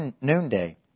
noonday